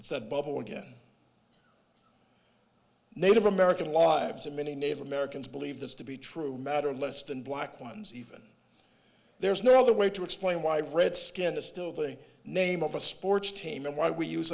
a bubble again native american lives and many native americans believe this to be true matter less than black ones even there's no other way to explain why redskin is still the name of a sports team and why we use